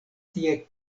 tie